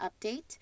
Update